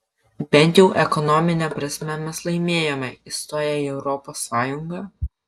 bent jau ekonomine prasme mes laimėjome įstoję į europos sąjungą